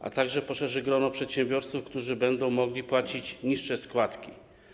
a także poszerzyć grono przedsiębiorców, którzy będą mogli płacić niższe składki.